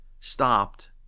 stopped